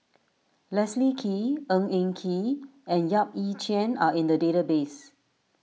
Leslie Kee Ng Eng Kee and Yap Ee Chian are in the database